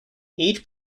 each